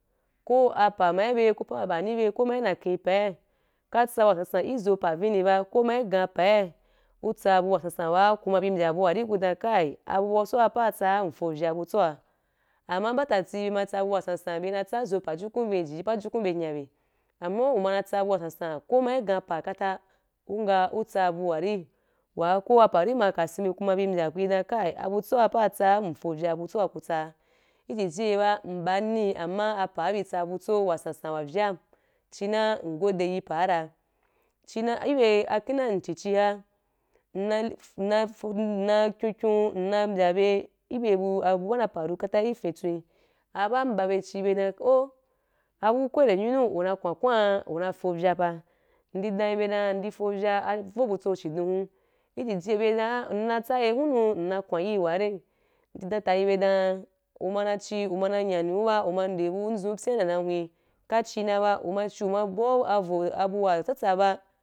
Ku apa ma iben ku apa ma ba’ani ke ku ina kin’u pa’i ka tsa wasansan izo pa vini ba, ku ma igan pa’i, utsa bu wasansan wa ku mabi mbya bu wari, ku dan kai abutso waa apa tsa’a nfovya abutso’a. Amma batati ma tsa bu wasansan, be na tsa zan apa-jukun vin, jiji apajukun be nyabe. Amma umana tsabu wasansan ku ma igha pa katah, ligan utsa abu wari wa, ko apa’ri ma kasin bi ku ma bi mbya ku dan kai abutso wa pa’a tsa, ifovya butso wa ku tsa ijiji yeba nba’ni, amma, apa bi tsabutso wɛsansan wa vyan, chi na, ngode yi pa’ra. Chi na, ibe akina utuci ya, nna nna nna kyonkyon ina bya be ibe bu ba na paro katah ifitwen. Aba’n nba be ci be dan “oh” abu kwande nyanu una kwankwan una fovya pa’ nde dan yi ba dan ndi fovya’a avo butsɔ chidon hu ijiji ye, be dan ai ina tsa ye hunu ina kwan hi ware? Ndi dan ta yi be dan ra umana ci umana nyan’i ba, uma ndi bu zun, apyina nde na hwen, ka ci na ba, uma ci uma ba’u avo bu watsatsa ba.